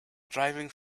driving